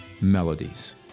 melodies